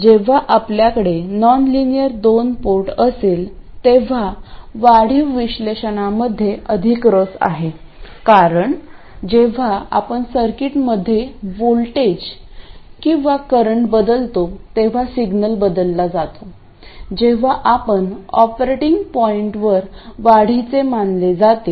जेव्हा आपल्याकडे नॉनलिनियर दोन पोर्ट असेल तेव्हा वाढीव विश्लेषणामध्ये अधिक रस आहे कारण जेव्हा आपण सर्किटमध्ये व्होल्टेज किंवा करंट बदलतो तेव्हा सिग्नल बदलला जातो तेव्हा आपण ऑपरेटिंग पॉईंटवर वाढीचे मानले जाते